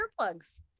earplugs